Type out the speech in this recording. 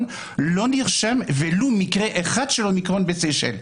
לא נרשם ולו מקרה אחד של אומיקרון בשייסל.